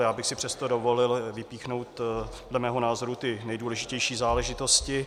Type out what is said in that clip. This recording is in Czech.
Já bych si přesto dovolil vypíchnout dle mého názoru nejdůležitější záležitosti.